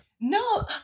No